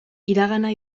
iragana